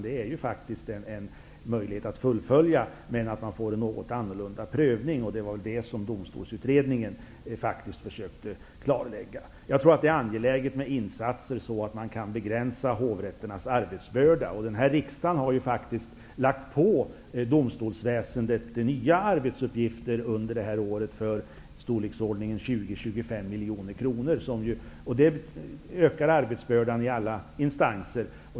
Det finns en möjlighet att fullfölja, men man får en något annorlunda prövning. Det var vad Domstolsutredningen försökte klarlägga. Det är angeläget med insatser för att begränsa hovrätternas arbetsbörda. Riksdagen har under detta år lagt på domstolsväsendet nya arbetsuppgifter till en kostnad av i storleksordningen 20--25 miljoner kronor. Det ökar arbetsbördan i alla instanser.